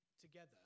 together